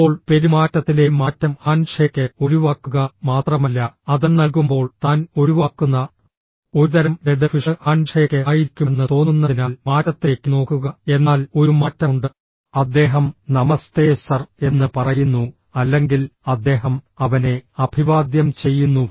ഇപ്പോൾ പെരുമാറ്റത്തിലെ മാറ്റം ഹാൻഡ്ഷേക്ക് ഒഴിവാക്കുക മാത്രമല്ല അത് നൽകുമ്പോൾ താൻ ഒഴിവാക്കുന്ന ഒരുതരം ഡെഡ് ഫിഷ് ഹാൻഡ്ഷേക്ക് ആയിരിക്കുമെന്ന് തോന്നുന്നതിനാൽ മാറ്റത്തിലേക്ക് നോക്കുക എന്നാൽ ഒരു മാറ്റമുണ്ട് അദ്ദേഹം നമസ്തേ സർ എന്ന് പറയുന്നു അല്ലെങ്കിൽ അദ്ദേഹം അവനെ അഭിവാദ്യം ചെയ്യുന്നു